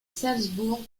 salzbourg